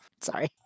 Sorry